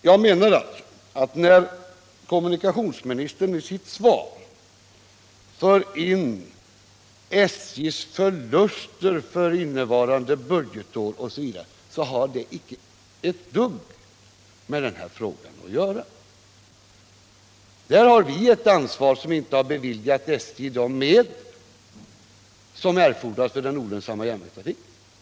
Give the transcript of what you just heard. Jag menar alltså att när kommunikationsministern i sitt svar för in SJ:s förluster innevarande budgetår osv., så har det icke ett dugg med den här frågan att göra. Där har vi, som inte beviljat SJ de medel som erfordras för den olönsamma järnvägstrafiken, ett ansvar.